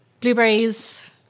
blueberries